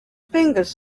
fingers